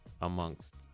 amongst